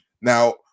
Now